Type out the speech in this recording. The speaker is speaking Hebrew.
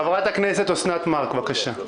חברת הכנסת אוסנת מארק בבקשה.